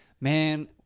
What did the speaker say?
man –